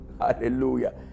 Hallelujah